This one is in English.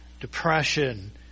depression